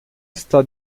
está